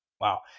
Wow